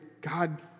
God—